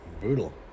Brutal